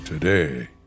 today